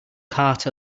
cart